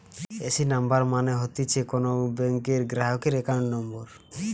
AC number মানে হতিছে কোন ব্যাংকের গ্রাহকের একাউন্ট নম্বর